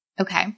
okay